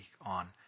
on